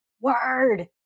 word